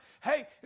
Hey